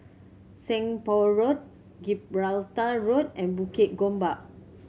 Seng Poh Road Gibraltar Road and Bukit Gombak